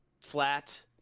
flat